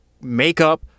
makeup